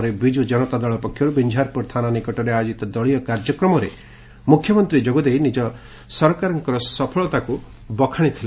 ପରେ ବିକୁକନତା ଦଳ ପକ୍ଷରୁ ବିଂଝାରପୁର ଥାନା ନିକଟରେ ଆୟୋଜିତ ଦଳିୟ କାଯ୍ୟକ୍ରମରେ ମୁଖ୍ୟମନ୍ତୀ ଯୋଗ ଦେଇ ନିଜ ସରକାରର ସଫଳତା ବଖାଣିଥିଲେ